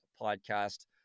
podcast